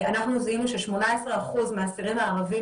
אנחנו זיהינו ש-18% מהאסירים הערבים